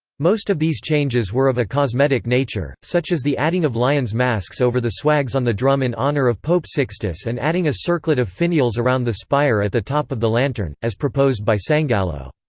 most of these changes were of a cosmetic nature, such as the adding of lion's masks over the swags on the drum in honour of pope sixtus and adding a circlet of finials around the spire at the top of the lantern, as proposed by sangallo.